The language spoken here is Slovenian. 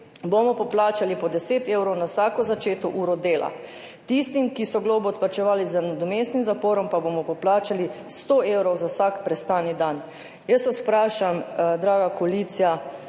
bomo poplačali po 10 evrov na vsako začeto uro dela, tistim, ki so globo odplačevali z nadomestnim zaporom, pa bomo poplačali 100 evrov za vsak prestani dan. Vprašam vas, draga koalicija,